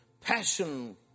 passion